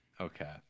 Okay